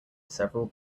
several